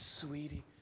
sweetie